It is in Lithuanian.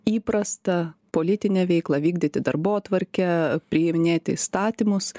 įprastą politinę veiklą vykdyti darbotvarkę priiminėti įstatymus